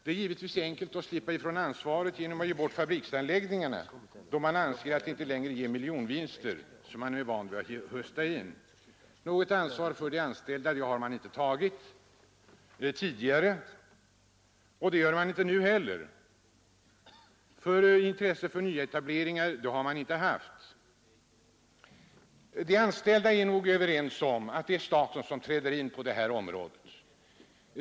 Det är givetvis enkelt att slippa från ansvaret genom att ge bort fabriksanläggningar, då man anser att dessa inte längre ger de miljonvinster som man är van vid att hösta in. Något ansvar för de anställda har SCA tidigare inte tagit och gör det inte nu heller. Något intresse för nyetableringar har SCA inte haft. De anställda är nog överens om att staten bör träda in på detta område.